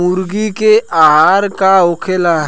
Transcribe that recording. मुर्गी के आहार का होखे?